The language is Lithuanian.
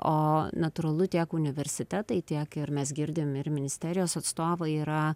o natūralu tiek universitetai tiek ir mes girdim ir ministerijos atstovai yra